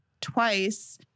twice